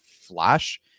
flash